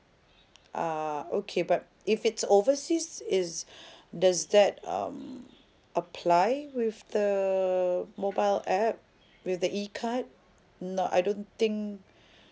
uh okay but if it's overseas is does that um apply with the mobile app with the E card not I don't think